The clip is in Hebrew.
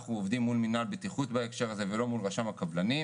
אנחנו עובדים מול מנהל בטיחות בהקשר הזה ולא מול רשם הקבלנים.